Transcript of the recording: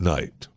Night